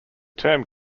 term